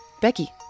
Becky